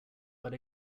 but